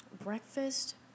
Breakfast